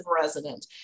resident